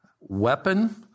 weapon—